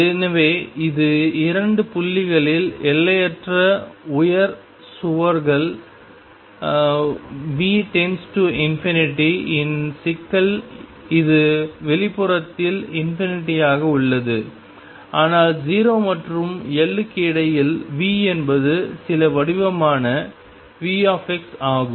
எனவே இது இரண்டு புள்ளிகளில் எல்லையற்ற உயர் சுவர்கள் V→∞ இன் சிக்கல் இது வெளிப்புறத்தில் ஆக உள்ளது ஆனால் 0 மற்றும் L க்கு இடையில் V என்பது சில வடிவமான V ஆகும்